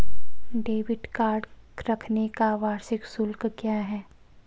Debit card रखने का वार्षिक शुल्क क्या है?